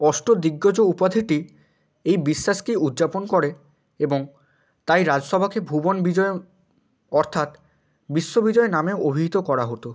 অষ্টদিগ্গজ উপাধিটি এই বিশ্বাসকেই উদ্যাপন করে এবং তাই রাজসভাকে ভুবন বিজয় অর্থাৎ বিশ্ববিজয় নামেও অভিহিত করা হতো